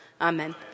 Amen